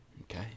Okay